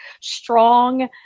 strong